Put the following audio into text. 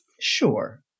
sure